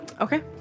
Okay